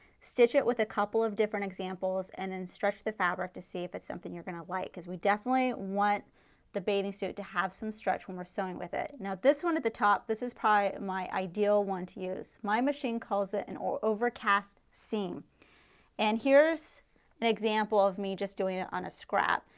stitch it with a couple of different examples and then stretch the fabric to see if it's something you are going to like as we definitely want the bathing suit to have some stretch when we are sewing with it. now this one at the top, this is probably my ideal one to use. my machine calls it and an overcast seam and here's an example of me just doing it on a scrap.